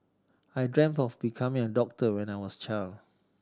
I dreamt of becoming a doctor when I was a child